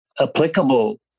applicable